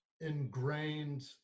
ingrained